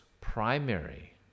primary